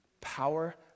Power